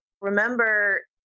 remember